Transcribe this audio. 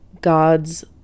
God's